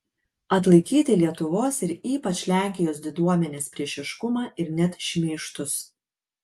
atlaikyti lietuvos ir ypač lenkijos diduomenės priešiškumą ir net šmeižtus